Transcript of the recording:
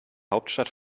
hauptstadt